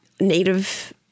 native